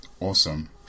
Awesome